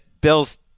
Bills